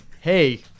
hey